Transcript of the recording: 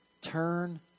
turn